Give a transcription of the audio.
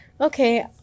okay